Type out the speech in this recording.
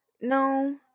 No